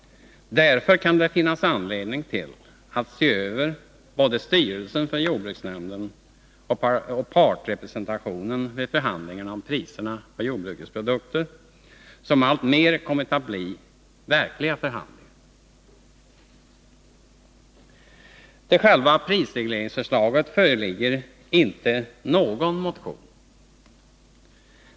Därför kan det finnas anledning att se över både styrelsen för jordbruksnämnden och partsrepresentationen vid förhandlingarna om priserna på jordbrukets produkter, som alltmer kommit att bli verkliga förhandlingar. Till själva prisregleringsförslaget föreligger inte någon motion.